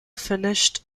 finished